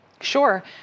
Sure